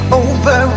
over